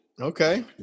okay